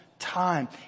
time